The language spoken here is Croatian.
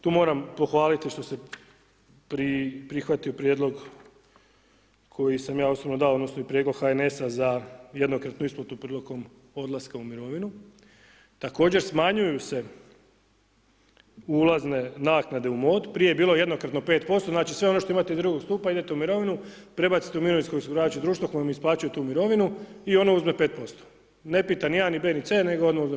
Tu moram pohvali što se prihvatio prijedlog koji sam ja osobno dao odnosno i prijedlog HNS-a za jednokratnu isplatu prilikom odlaska u mirovinu, također smanjuju se ulazne naknade u mod, prije je bilo jednokratno 5%, znači sve ono što imate iz drugog stupa idete u mirovinu, prebacite u mirovinsko osiguravajuće društvo koje vam isplaćuje tu mirovinu i ono uzme 5%, ne pita ni a, ni b, ni c nego odmah uzme 5%